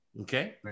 Okay